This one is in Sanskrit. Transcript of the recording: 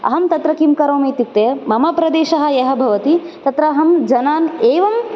अहं तत्र किं करोमि इत्युक्ते मम प्रदेशः यः भवति तत्र अहं जनान् एवं